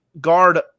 guard